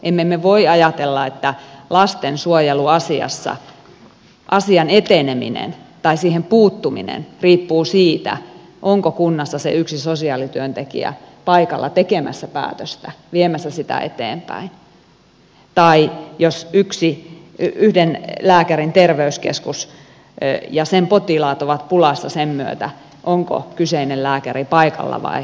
emme me voi ajatella että lastensuojeluasiassa asian eteneminen tai siihen puuttuminen riippuu siitä onko kunnassa se yksi sosiaalityöntekijä paikalla tekemässä päätöstä viemässä sitä eteenpäin tai jos yhden lääkärin terveyskeskus ja sen potilaat ovat pulassa sen myötä onko kyseinen lääkäri paikalla tai vaikkapa sairastunut